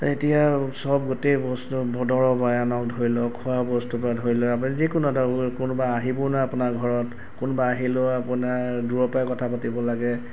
এতিয়া চব গোটেই বস্তু দৰৱেই আনক ধৰি লওঁক খোৱা বস্তুৰপৰা ধৰি লৈ আপুনি যিকোনো এটা কোনোবা আহিবও নোৱাৰে আপোনাৰ ঘৰত কোনোবা আহিলেও আপোনাৰ দূৰৰপৰাই কথা পাতিব লাগে